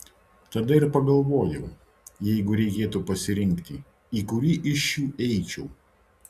tada ir pagalvojau jeigu reikėtų pasirinkti į kurį iš šių eičiau